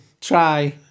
try